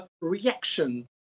reaction